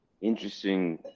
interesting